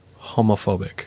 homophobic